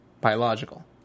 biological